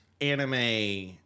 anime